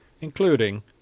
including